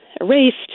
erased